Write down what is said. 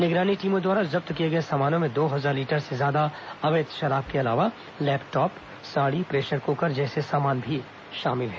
निगरानी टीमों द्वारा जब्त किए गए सामानों में दो हजार लीटर से ज्यादा अवैध शराब के अलावा लैपटाप साड़ी प्रेशर कुकर जैसे सामान भी शामिल हैं